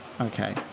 Okay